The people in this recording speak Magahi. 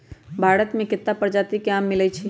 भारत मे केत्ता परजाति के आम मिलई छई